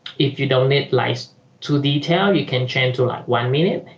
if you don't need lies to detail you can change to like one minute